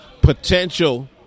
potential